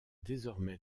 désormais